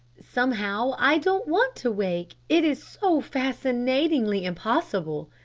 somehow i don't want to wake, it is so fascinatingly impossible.